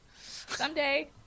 Someday